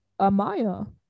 Amaya